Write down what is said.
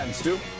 Stu